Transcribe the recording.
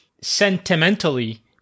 sentimentally